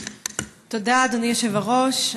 תודה, אדוני היושב-ראש.